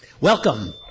Welcome